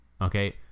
Okay